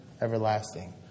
everlasting